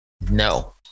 No